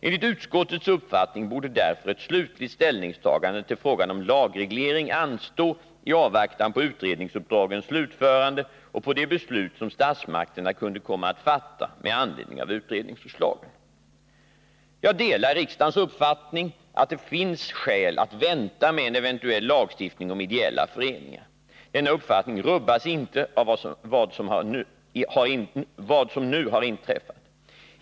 Enligt utskottets uppfattning borde därför ett slutligt ställningstagande till frågan om lagreglering anstå i avvaktan på utredningsuppdragens slutförande och på de beslut som statsmakterna kunde komma att fatta med anledning av utredningsförslagen. Jag delar riksdagens uppfattning att det finns skäl att vänta med en eventuell lagstiftning om ideella föreningar. Denna uppfattning rubbas inte av vad som nu har inträffat.